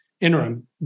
interim